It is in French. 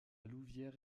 louvière